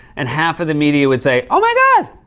and half of the media would say, oh, my god,